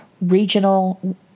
regional